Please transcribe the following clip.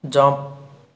jump